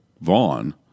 Vaughn